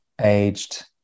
aged